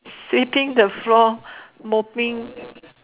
sweeping the floor mopping